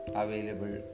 available